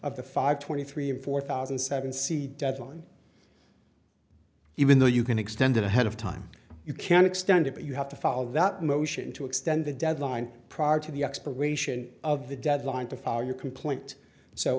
of the five twenty three and four thousand and seven c deadline even though you can extend ahead of time you can extend it but you have to file that motion to extend the deadline prior to the expiration of the deadline to file your complaint so